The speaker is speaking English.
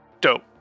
Dope